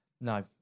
No